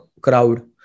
crowd